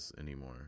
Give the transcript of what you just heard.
anymore